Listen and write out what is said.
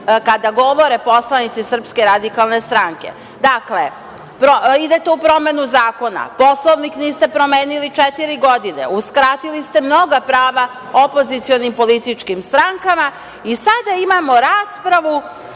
kada govore poslanici SRS.Dakle, idete u promenu zakona. Poslovnik niste promenili četiri godine. Uskratili ste mnoga prava opozicionim političkim strankama i sada imamo raspravu